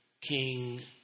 King